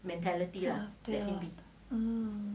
um